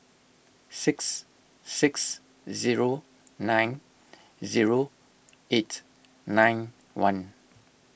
six six zero nine zero eight nine one